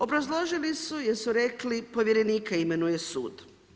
Obrazložili su jer su rekli, povjerenika imenuje sud.